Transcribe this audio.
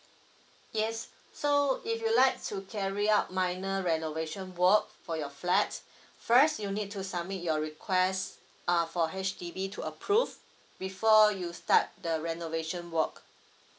yes so if you like to carry out minor renovation work for your flat first you need to submit your request uh for H_D_B to approve before you start the renovation work